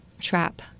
trap